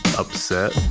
upset